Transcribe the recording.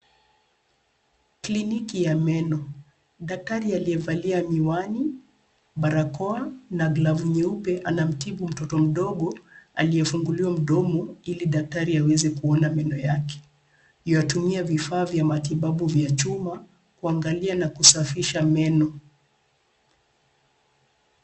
Kliniki ya meno. Daktari aliyevalia miwani, barakoa na glavu nyeupe anamtibu mtoto mdogo aliyefunguliwa mdomo ili daktari aweze kuona meno yake. Yuatumia vifaa vya matibabu vya chuma kuangalia na kusafisha meno.